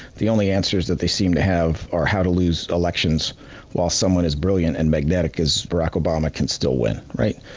the only answers that they seem to have are how to lose elections while someone as brilliant and magnetic as barack obama can still win. win. right.